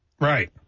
Right